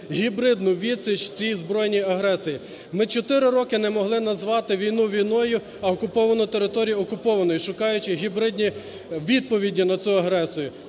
гібридну відсіч цій збройній агресії. Ми чотири роки не могли назвати війну війною, а окуповану територію окупованою, шукаючи гібридні відповіді на цю агресію.